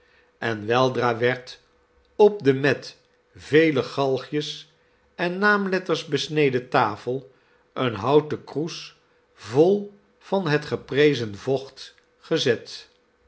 en weldra werd op de met vele galgjes en naamletters besneden tafel een houten kroes vol van het geprezen vocht gezet